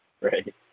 Right